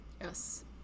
Yes